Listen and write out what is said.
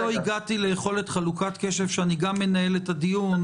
עכשיו בקורונה יש עובדים שעובדים אצל מטופלים חודש,